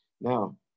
Now